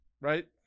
right